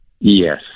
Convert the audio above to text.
yes